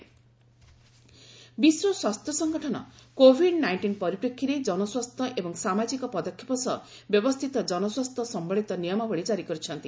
ହୁ guidelines ବିଶ୍ୱ ସ୍ୱାସ୍ଥ୍ୟ ସଂଗଠନ କୋଭିଡ୍ ନାଇଷ୍ଟିନ୍ ପରିପ୍ରେକ୍ଷୀରେ ଜନସ୍ୱାସ୍ଥ୍ୟ ଏବଂ ସାମାଜିକ ପଦକ୍ଷେପ ସହ ବ୍ୟବସ୍ଥିତ ଜନସ୍ୱାସ୍ଥ୍ୟ ସମ୍ଭଳିତ ନିୟମାବଳୀ ଜାରି କରିଛନ୍ତି